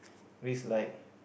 risk like